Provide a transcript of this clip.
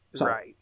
Right